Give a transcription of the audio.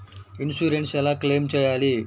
Insurance ఎలా claim చేయాలి?